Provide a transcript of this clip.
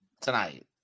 tonight